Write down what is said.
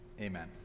Amen